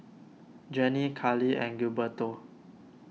Janie Carli and Gilberto